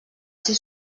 ser